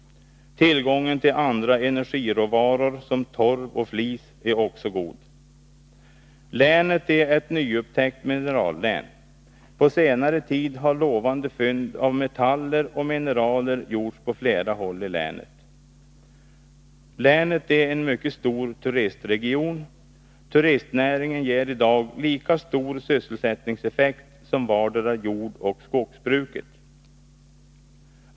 Tillgången till andra energiråvaror som torv och flis är också god. Länet är ett nyupptäckt minerallän. På senare tid har lovande fynd av metaller och mineraler gjorts på flera håll i länet. Länet är en mycket stor turistregion. Turistnäringen ger i dag lika stor sysselsättningseffekt som vartdera jordoch skogsbruket.